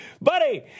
buddy